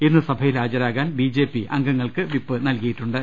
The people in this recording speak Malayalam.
ഇന്ന് സഭയിൽ ഹാജരാകാൻ ബിജെപി അംഗങ്ങൾക്ക് വിപ്പ് നൽകി യിട്ടുണ്ട്